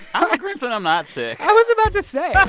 i'm a grinch when i'm not sick i was about to say, yeah